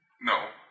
No